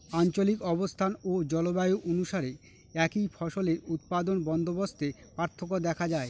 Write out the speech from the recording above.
আঞ্চলিক অবস্থান ও জলবায়ু অনুসারে একই ফসলের উৎপাদন বন্দোবস্তে পার্থক্য দেখা যায়